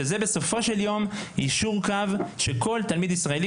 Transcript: שבסופו של יום היא יישור קו של כל תלמיד ישראלי